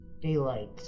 Daylight